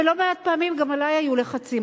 ולא מעט פעמים גם עלי היו לחצים.